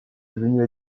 devenu